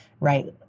right